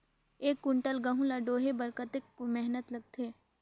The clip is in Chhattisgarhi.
एक कुंटल गहूं ला ढोए बर कतेक मेहनत लगथे?